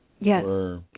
Yes